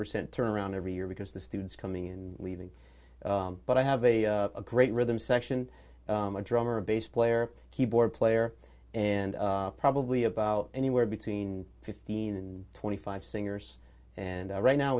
percent turn around every year because the students coming in and leaving but i have a great rhythm section a drummer a bass player keyboard player and probably about anywhere between fifteen and twenty five singers and right now